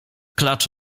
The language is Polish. klacz